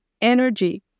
energy